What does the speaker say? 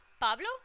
Pablo